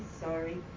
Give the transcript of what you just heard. sorry